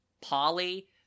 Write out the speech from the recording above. Polly